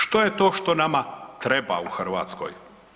Što je to što nama treba u Hrvatskoj?